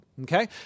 Okay